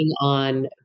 on